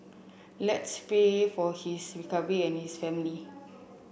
let's pray for his recovery and his family